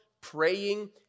praying